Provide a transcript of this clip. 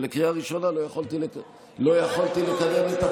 ולקריאה ראשונה לא יכולתי לקדם את,